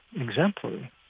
exemplary